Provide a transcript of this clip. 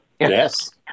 Yes